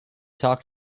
talk